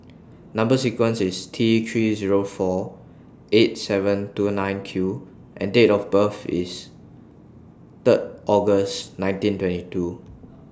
Number sequence IS T three Zero four eight seven two nine Q and Date of birth IS Third August nineteen twenty two